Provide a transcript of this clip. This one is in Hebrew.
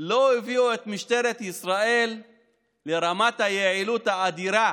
לא הביאו את משטרת ישראל לרמת היעילות האדירה